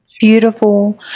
beautiful